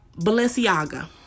Balenciaga